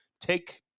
take